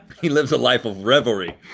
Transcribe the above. he lives a life of revelry.